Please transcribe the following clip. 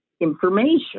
information